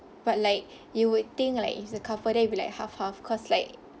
but like you would think like it's a couple then you be like half half cause like